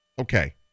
Okay